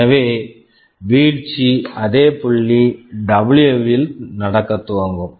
எனவே வீழ்ச்சி அதே புள்ளி டபுள்யூ w வில் நடக்கத் துவங்கும்